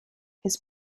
his